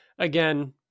again